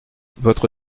votre